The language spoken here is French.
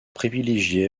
privilégié